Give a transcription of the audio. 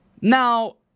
now